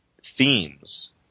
themes